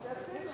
שיפסידו.